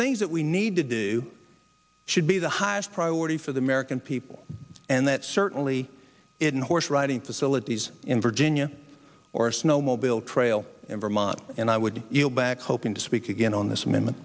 things that we need to do should be the highest priority for the american people and that certainly isn't horse riding facilities in virginia or a snowmobile trail in vermont and i would yield back hoping to speak again on this m